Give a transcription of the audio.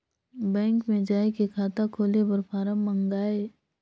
Bank मे जाय के खाता खोले बर फारम मंगाय?